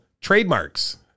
trademarks